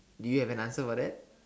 do you have an answer for that